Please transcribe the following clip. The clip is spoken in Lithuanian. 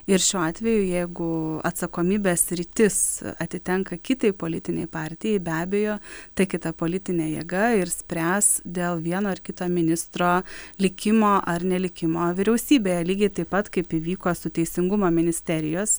ir šiuo atveju jeigu atsakomybės sritis atitenka kitai politinei partijai be abejo ta kita politinė jėga ir spręs dėl vieno ar kito ministro likimo ar nelikimo vyriausybėje lygiai taip pat kaip įvyko su teisingumo ministerijos